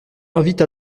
invite